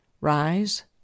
rise